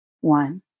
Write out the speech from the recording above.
one